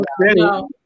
no